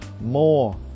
more